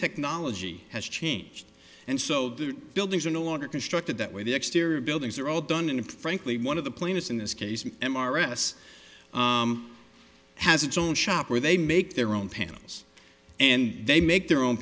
technology has changed and so the buildings are no longer constructed that way the exterior buildings are all done and frankly one of the plaintiffs in this case m r s has its own shop where they make their own panels and they make their own